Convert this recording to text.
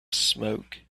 smoke